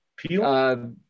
Peel